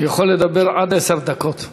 יכול לדבר עד עשר דקות.